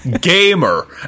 Gamer